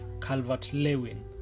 Calvert-Lewin